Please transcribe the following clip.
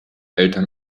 eltern